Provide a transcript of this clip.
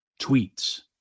tweets